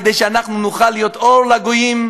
כדי שנוכל להיות אור לגויים,